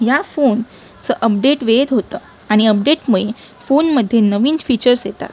ह्या फोन चं अपडेट वेळेत होतं आणि अपडेटमुळे फोनमध्ये नवीन फीचर्स येतात